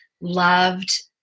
loved